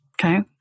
Okay